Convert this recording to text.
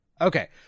Okay